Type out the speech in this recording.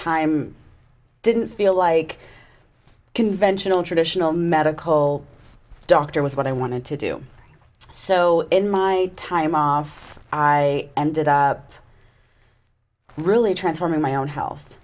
time didn't feel like a conventional traditional medical doctor was what i wanted to do so in my time off i ended up really transforming my own health